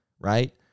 right